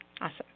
awesome